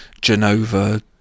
Genova